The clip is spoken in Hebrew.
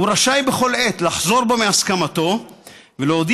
הוא רשאי בכל עת לחזור בו מהסכמתו ולהודיע